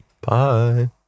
bye